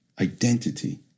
identity